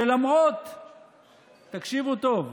תקשיבו טוב,